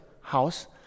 house